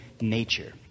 nature